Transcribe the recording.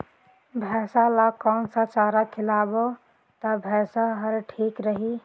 भैसा ला कोन सा चारा खिलाबो ता भैंसा हर ठीक रही?